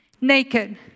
naked